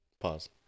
Pause